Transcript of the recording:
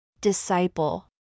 Disciple